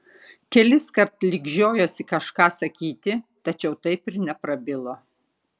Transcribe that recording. keliskart lyg žiojosi kažką sakyti tačiau taip ir neprabilo